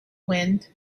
wind